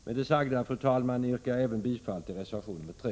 Med det sagda yrkar jag även bifall till reservation 3.